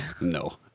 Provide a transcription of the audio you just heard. No